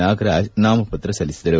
ನಾಗರಾಜ್ ನಾಮಪತ್ರ ಸಲ್ಲಿಸಿದರು